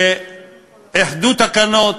איחדו תקנות,